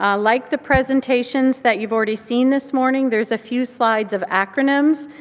ah like the presentations that you've already seen this morning, there's a few slides of acronyms.